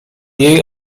jej